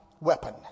weapon